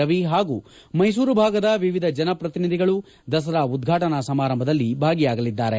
ರವಿ ಹಾಗೂ ಮೈಸೂರು ಭಾಗದ ವಿವಿಧ ಜನಪ್ರತಿನಿಧಿಗಳು ದಸರಾ ಉದ್ಘಾಟನಾ ಸಮಾರಂಭದಲ್ಲಿ ಭಾಗಿಯಾಗಲಿದ್ದಾರೆ